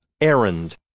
Errand